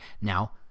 Now